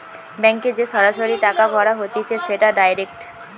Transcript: ব্যাংকে যে সরাসরি টাকা ভরা হতিছে সেটা ডাইরেক্ট